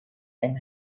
and